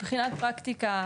מבחינת הפרקטיקה,